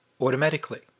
automatically